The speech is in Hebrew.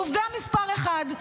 עובדה מספר אחת,